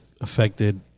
affected